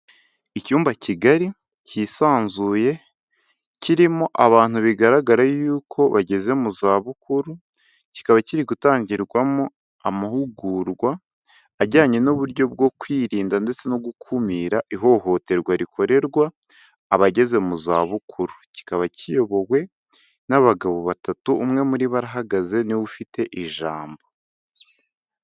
Icyumba kigari cyisanzuye, kirimo abantu bigaragara yuko bageze mu zabukuru, kikaba kiri gutangirwamo amahugurwa ajyanye n'uburyo bwo kwirinda ndetse no gukumira ihohoterwa rikorerwa abageze mu zabukuru, kikaba kiyobowe n'abagabo batatu, umwe muri bo arahagaze ni we ufite ijambo.